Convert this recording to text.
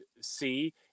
see